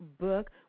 book